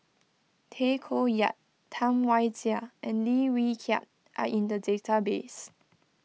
Tay Koh Yat Tam Wai Jia and Lim Wee Kiak are in the database